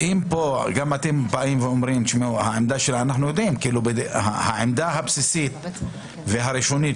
אם אתם אומרים פה שהעמדה הבסיסית והראשונית